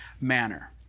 manner